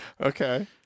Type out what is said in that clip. Okay